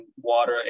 water